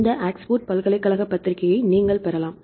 இந்த ஆக்ஸ்போர்டு பல்கலைக்கழக பத்திரிகையை நீங்கள் பெறலாம்